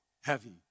heavy